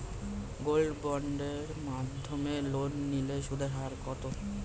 Gold বন্ডের মাধ্যমে loan নিলে তার সুদের হার কত?